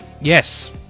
Yes